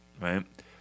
right